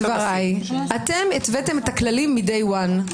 אתם התוויתם את הכללים מהיום הראשון.